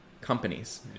companies